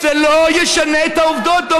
זה לא ישנה את העובדות.